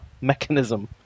mechanism